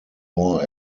more